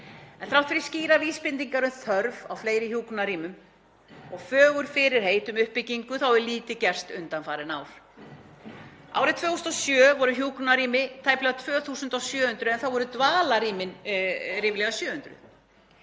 Þrátt fyrir skýrar vísbendingar um þörf á fleiri hjúkrunarrýmum og fögur fyrirheit um uppbyggingu hefur lítið gerst undanfarin ár. Árið 2007 voru hjúkrunarrými tæplega 2.700 en dvalarrými ríflega 700.